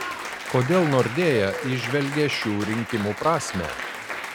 kodėl nordea įžvelgia šių rinkimų prasmę